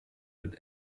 mit